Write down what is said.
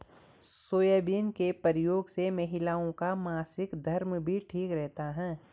soybean के प्रयोग से महिलाओं का मासिक धर्म भी ठीक रहता है